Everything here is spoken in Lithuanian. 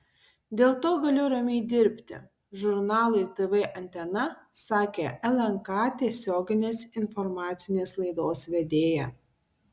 dėl to galiu ramiai dirbti žurnalui tv antena sakė lnk tiesioginės informacinės laidos vedėja